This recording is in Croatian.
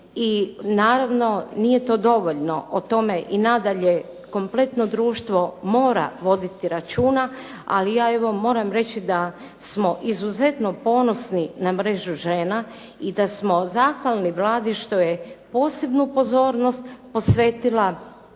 I naravno nije to dovoljno. O tome i nadalje kompletno društvo mora voditi računa. Ali ja evo moram reći da smo izuzetno ponosni na mrežu žena i da smo zahvalni Vladi što je posebnu pozornost posvetila